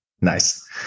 Nice